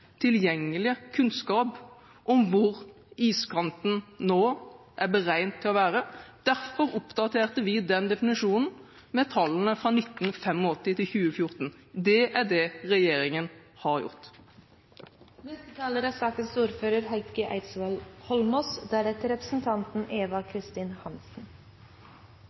tilgjengelige kunnskap om hvor iskanten nå er beregnet til å være. Derfor oppdaterte vi definisjonen med tallene fra 1985 til 2014. Det er det regjeringen har gjort. Statsrådens uriktige framstilling av historien blir ikke mer riktig av at hun gjentar den for tredje gang. Det er